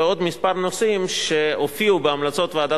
ועוד כמה נושאים שהופיעו בהמלצות ועדת